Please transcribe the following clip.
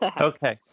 Okay